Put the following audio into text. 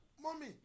Mommy